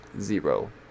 zero